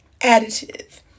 additive